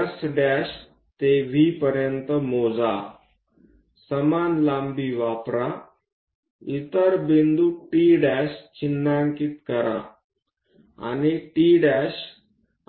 S' ते V पर्यंत मोजा समान लांबी वापरा इतर बिंदू T' चिन्हांकित करा T'